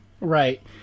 Right